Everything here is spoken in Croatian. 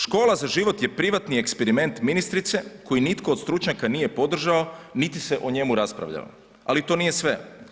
Škola za život je privatni eksperiment ministrice koji nitko od stručnjaka nije podržao niti se o njemu raspravljalo ali to nije sve.